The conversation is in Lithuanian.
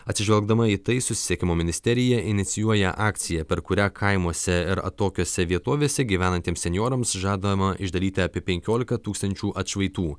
atsižvelgdama į tai susisiekimo ministerija inicijuoja akciją per kurią kaimuose ir atokiose vietovėse gyvenantiems senjorams žadama išdalyti apie penkiolika tūkstančių atšvaitų